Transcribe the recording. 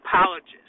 apologist